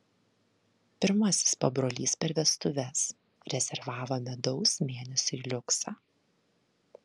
pirmasis pabrolys per vestuves rezervavo medaus mėnesiui liuksą